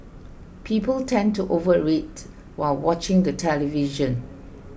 people tend to overeat while watching the television